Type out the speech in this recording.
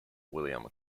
william